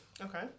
Okay